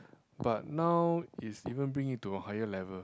but now is even bring it to a higher level